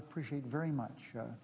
appreciate very much